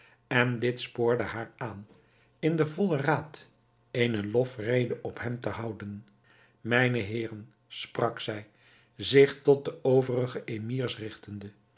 en dit spoorde haar aan in den vollen raad eene lofrede op hem te houden mijne heeren sprak zij zich tot de overige emirs